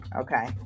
okay